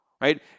Right